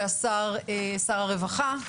ושר הרווחה,